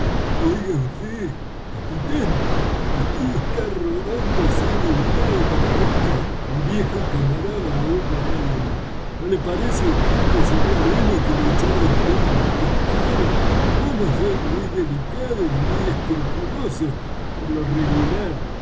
oiga vd capitán aquí está rodándose de un lado para otro mi viejo camarada o'brien no le parece á vd que sería bueno que lo echara vd á los pescados yo no soy muy delicado ni muy escrupuloso por lo regular